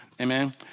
Amen